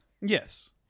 Yes